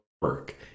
work